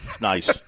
nice